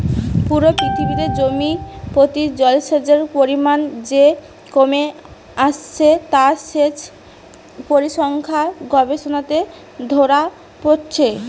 পুরো পৃথিবীতে জমি প্রতি জলসেচের পরিমাণ যে কমে আসছে তা সেচ পরিসংখ্যান গবেষণাতে ধোরা পড়ছে